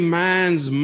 man's